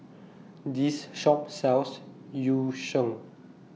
This Shop sells Yu Sheng